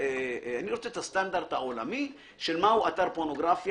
אני רוצה את הסטנדרט העולמי של מהו אתר פורנוגרפיה,